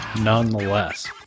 nonetheless